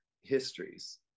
histories